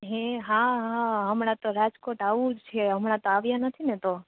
હે હા હા હા હમણાં તો રાજકોટ આવુજ છે હમણાં તો આવ્યા નથીને તો